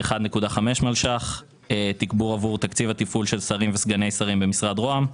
1.5 מיליון ₪ עבור תגבור תקציב התפעול של שרים וסגני שרים במשרד רוה"מ,